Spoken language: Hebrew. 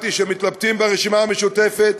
שמעתי שמתלבטים ברשימה המשותפת,